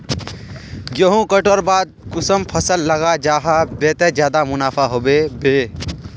गेंहू कटवार बाद कुंसम फसल लगा जाहा बे ते ज्यादा मुनाफा होबे बे?